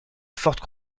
forte